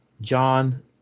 John